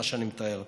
מה שאני מתאר,